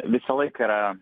visą laiką yra